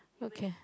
okay